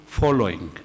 following